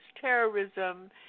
terrorism